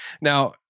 Now